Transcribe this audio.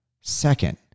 Second